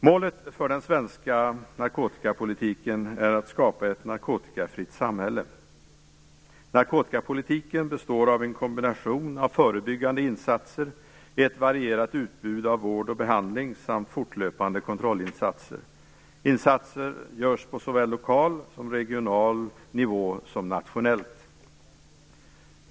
Målet för den svenska narkotikapolitiken är att skapa ett narkotikafritt samhälle. Narkotikapolitiken består av en kombination av förebyggande insatser, ett varierat utbud av vård och behandling samt fortlöpande kontrollinsatser. Insatser görs på såväl lokal och regional nivå som nationellt.